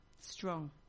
strong